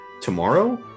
tomorrow